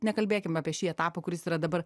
nekalbėkim apie šį etapą kuris yra dabar